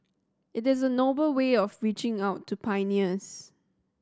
it is noble way of reaching out to pioneers